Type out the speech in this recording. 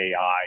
AI